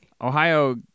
Ohio